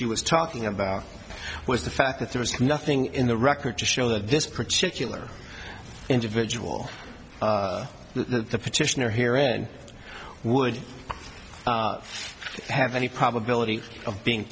was talking about was the fact that there was nothing in the record to show that this particular individual the petitioner here in would have any probability of being